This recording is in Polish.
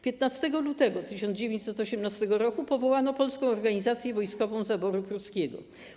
15 lutego 1918 r. powołano Polską Organizację Wojskową Zaboru Pruskiego.